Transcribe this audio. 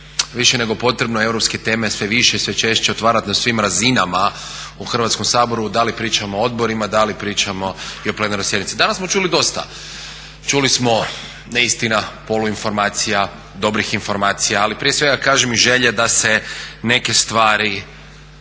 više nego potrebno europske teme sve više i sve češće otvarati na svim razinama u Hrvatskom saboru, da li pričamo o odborima, da li pričamo o plenarnoj sjednici. Danas smo čuli dosta. Čuli smo neistina, poluinformacija, dobrih informacija ali prije svega kažem i želje da se neke stvari